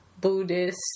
Buddhist